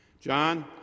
John